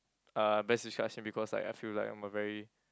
uh best describes me because I I feel like I'm a very